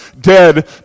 dead